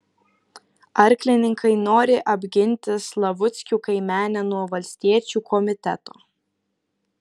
arklininkai nori apginti slavuckių kaimenę nuo valstiečių komiteto